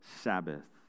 Sabbath